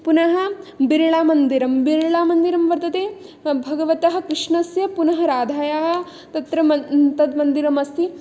पुनः बिर्लामन्दिरं बिर्लामन्दिरं वर्तते भगवतः कृष्णस्य पुनः राधायाः तत्र तद् मन्दिरमस्ति